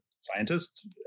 scientist